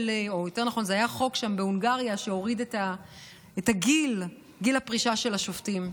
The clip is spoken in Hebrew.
או יותר נכון חוק בהונגריה שהוריד את גיל הפרישה של השופטים.